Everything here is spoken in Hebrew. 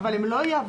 זה 34 אבל אתם רוצים